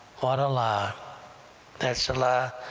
what a lie that's a lie